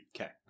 Okay